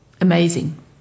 amazing